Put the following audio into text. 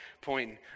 point